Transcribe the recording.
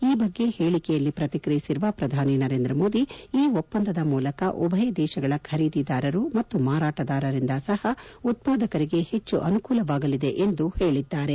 ಈ ಬಗ್ಗೆ ಹೇಳಿಕೆಯಲ್ಲಿ ಪ್ರತಿಕ್ರಿಯಿಸಿರುವ ಪ್ರಧಾನಿ ನರೇಂದ್ರ ಮೋದಿ ಈ ಒಪ್ಪಂದದ ಮೂಲಕ ಉಭಯ ದೇಶಗಳ ಖರೀದಿದಾರರು ಮತ್ತು ಮಾರಾಟದಾರರಿಂದ ಸಹ ಉತ್ವಾದಕರಿಗೆ ಹೆಚ್ಚು ಅನುಕೂಲವಾಗಲಿದೆ ಎಂದು ಹೇಳಿದ್ದಾರೆ